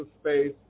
space